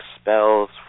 spells